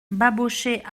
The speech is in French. babochet